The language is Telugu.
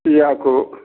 టీ ఆకు